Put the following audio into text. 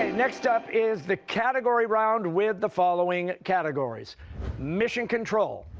next up is the category round with the following categories mission control,